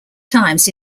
times